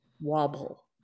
Wobble